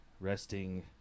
resting